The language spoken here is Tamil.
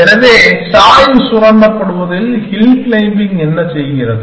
எனவே சாய்வு சுரண்டப்படுவதில் ஹில் க்ளைம்பிங் என்ன செய்கிறது